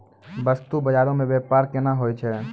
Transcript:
बस्तु बजारो मे व्यपार केना होय छै?